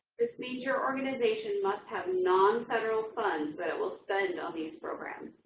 this means your organization must have non-federal funds that it will spend on these programs.